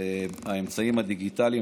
"האמצעים הדיגיטליים".